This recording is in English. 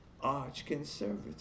arch-conservative